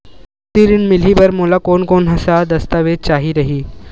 कृषि ऋण मिलही बर मोला कोन कोन स दस्तावेज चाही रही?